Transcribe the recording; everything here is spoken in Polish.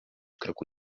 kroku